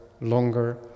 longer